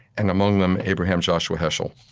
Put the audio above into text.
and among them, abraham joshua heschel.